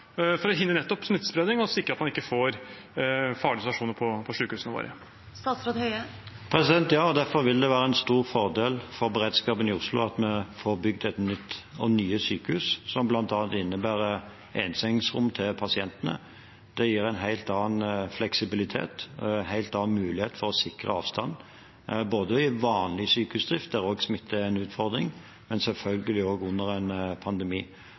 for å hindre nettopp smittespredning og sikre at man ikke får farlige situasjoner på sykehusene våre? Ja, og derfor vil det være en stor fordel for beredskapen i Oslo at vi får bygd nye sykehus, som bl.a. innebærer ensengsrom for pasientene. Det gir en helt annen fleksibilitet, en helt annen mulighet for å sikre avstand – både ved vanlig sykehusdrift, der smitte også er en utfordring, og selvfølgelig også under en pandemi.